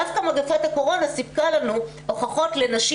דווקא מגפת הקורונה סיפקה לנו הוכחות לנשים